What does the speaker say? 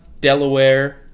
Delaware